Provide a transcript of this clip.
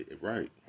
Right